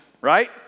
right